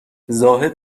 زاهد